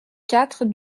quatre